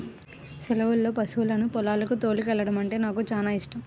సెలవుల్లో పశువులను పొలాలకు తోలుకెల్లడమంటే నాకు చానా యిష్టం